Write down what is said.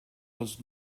was